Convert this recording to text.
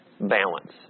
balance